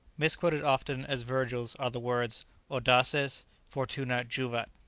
misquoted often as virgil's are the words audaces fortuna juvat!